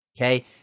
okay